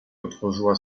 otworzyła